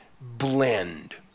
blend